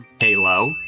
Halo